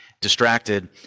distracted